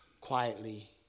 quietly